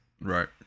Right